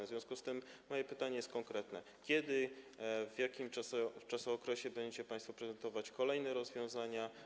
W związku z tym moje pytanie jest konkretne: Kiedy, w jakim czasookresie będziecie państwo prezentować kolejne rozwiązania?